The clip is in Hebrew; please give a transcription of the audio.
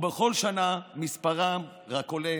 ובכל שנה מספרם רק עולה,